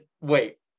Wait